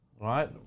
right